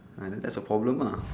uh then that's your problem ah